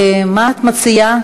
מה את מציעה?